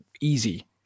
easy